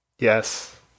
Yes